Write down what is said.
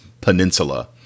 peninsula